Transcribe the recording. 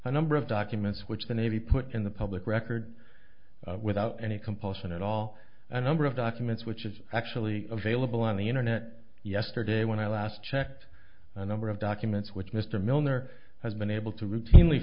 a number of documents which the navy put in the public record without any compulsion at all a number of documents which is actually available on the internet yesterday when i last checked a number of documents which mr milner has been able to routinely